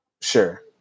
Sure